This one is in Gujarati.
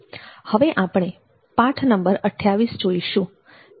હવે આપણે પાઠ નંબર 28 જોઈશું